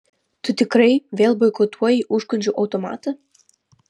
tu tikrai vėl boikotuoji užkandžių automatą